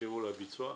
תשאירו לביצוע.